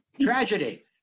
Tragedy